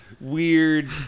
weird